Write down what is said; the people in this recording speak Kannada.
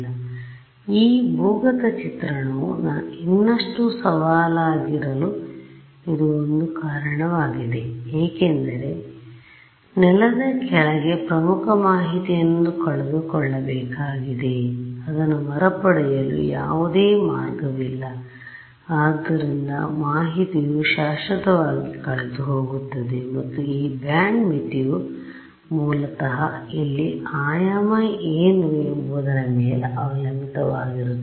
ಆದ್ದರಿಂದ ಈ ಭೂಗತ ಚಿತ್ರಣವು ಇನ್ನಷ್ಟು ಸವಾಲಾಗಿರಲು ಇದು ಒಂದು ಕಾರಣವಾಗಿದೆ ಏಕೆಂದರೆ ನೆಲದ ಕೆಳಗೆ ಪ್ರಮುಖ ಮಾಹಿತಿಯನ್ನು ಕಳೆದುಕೊಳ್ಳಬೇಕಾಗಿದೆ ಅದನ್ನು ಮರುಪಡೆಯಲು ಯಾವುದೇ ಮಾರ್ಗವಿಲ್ಲ ಆದ್ದರಿಂದ ಮಾಹಿತಿಯು ಶಾಶ್ವತವಾಗಿ ಕಳೆದುಹೋಗುತ್ತದೆ ಮತ್ತು ಈ ಬ್ಯಾಂಡ್ ಮಿತಿಯು ಮೂಲತಃ ಇಲ್ಲಿ ಆಯಾಮ ಏನು ಎಂಬುದರ ಮೇಲೆ ಅವಲಂಬಿತವಾಗಿರುತ್ತದೆ